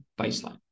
baseline